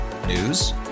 News